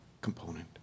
component